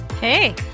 Hey